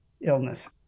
illness